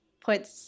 put